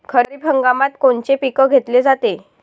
खरिप हंगामात कोनचे पिकं घेतले जाते?